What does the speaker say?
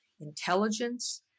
intelligence